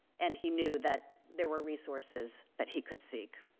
and he knew that there were resources that he could seek.